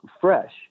fresh